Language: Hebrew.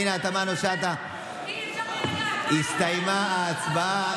חברת הכנסת פנינה תמנו שטה, הסתיימה ההצבעה.